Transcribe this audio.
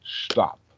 stop